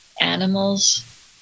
animals